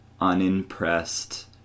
unimpressed